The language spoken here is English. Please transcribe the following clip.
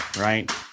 right